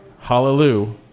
Hallelujah